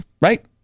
Right